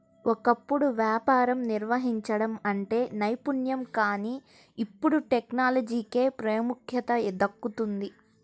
ఒకప్పుడు వ్యాపారం నిర్వహించడం అంటే నైపుణ్యం కానీ ఇప్పుడు టెక్నాలజీకే ప్రాముఖ్యత దక్కుతోంది